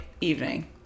evening